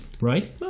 Right